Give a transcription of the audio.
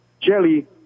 jelly